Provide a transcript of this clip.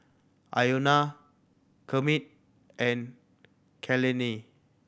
Iona Kermit and Kaylene